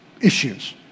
issues